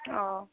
অ'